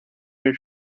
your